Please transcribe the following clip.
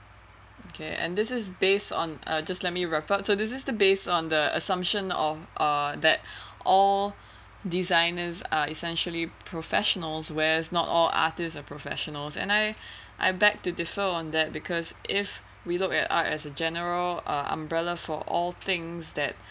okay and this is based on uh just let me wrap up so this is the based on the assumption of uh that all designers are essentially professionals whereas not all artists are professionals and I I beg to differ on that because if we look at art as a general uh umbrella for all things that